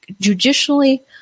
judicially